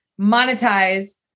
monetize